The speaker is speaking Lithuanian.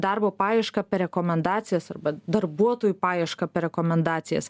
darbo paiešką per rekomendacijas arba darbuotojų paiešką per rekomendacijas